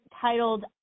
titled